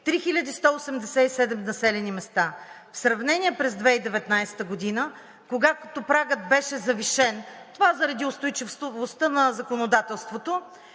3187 населени места. В сравнение с 2019 г., когато прагът беше завишен, това заради устойчивостта на законодателството,